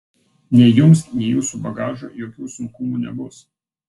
nei jums nei jūsų bagažui jokių sunkumų nebus